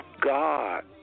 God